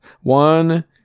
one